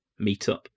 meetup